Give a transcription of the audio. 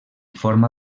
forma